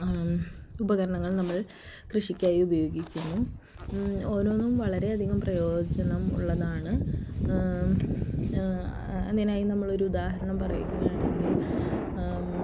ഉപകരണങ്ങൾ നമ്മൾ കൃഷിക്കായി ഉപയോഗിക്കുന്നു ഓരോന്നും വളരെ അധികം പ്രയോജനം ഉള്ളതാണ് അതിനായി നമ്മളൊരു ഉദാഹരണം പറയുകയാണെങ്കിൽ